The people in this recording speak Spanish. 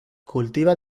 cultiva